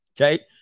Okay